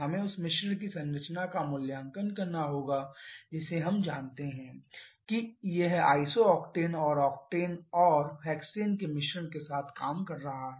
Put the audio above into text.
हमें उस मिश्रण की संरचना का मूल्यांकन करना होगा जिसे हम जानते हैं कि यह आइसो ओक्टेन और ओकटाइन और हेक्सेन के मिश्रण के साथ काम कर रहा है